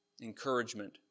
Encouragement